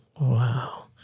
Wow